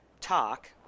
talk